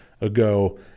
ago